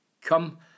come